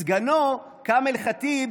סגנו, כמאל ח'טיב,